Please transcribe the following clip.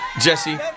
Jesse